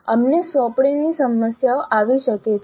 અમને સોંપણીની સમસ્યાઓ આવી શકે છે